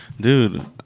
Dude